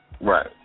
Right